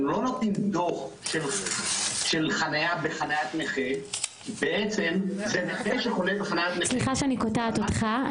אנחנו לא נותנים דוח של חניה בחניית נכה --- סליחה שאני קוטעת אותך.